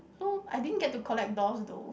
oh I didn't get to collect dolls though